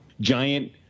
giant